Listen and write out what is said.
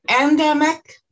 endemic